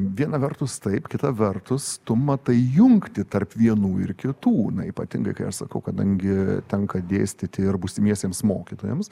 viena vertus taip kita vertus tu matai jungtį tarp vienų ir kitų na ypatingai kai aš sakau kadangi tenka dėstyti ir būsimiesiems mokytojams